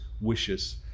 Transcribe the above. wishes